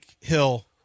Hill